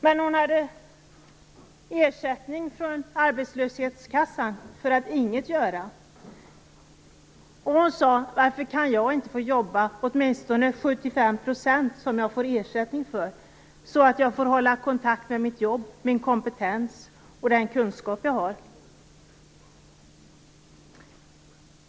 Men hon hade ersättning från arbetslöshetskassan för att inget göra. Och hon sade: Varför kan jag inte få jobba åtminstone de 75 % som jag får ersättning för, så att jag får hålla kontakten med mitt jobb, min kompetens och den kunskap jag har?